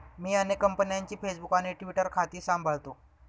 मी अनेक कंपन्यांची फेसबुक आणि ट्विटर खाती सांभाळतो